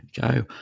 go